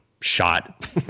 shot